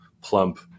plump